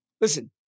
Listen